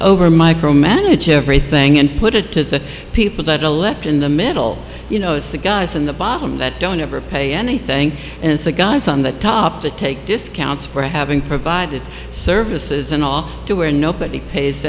over micromanage everything and put it to the people that are left in the middle you know it's the guys in the bottom that don't ever pay anything and it's the guys on the top to take discounts for having provided services and all to where nobody pays